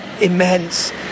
immense